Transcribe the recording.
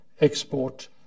export